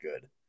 good